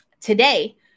today